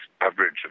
average